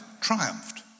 triumphed